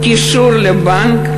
קישור לבנק.